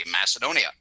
Macedonia